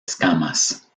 escamas